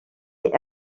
est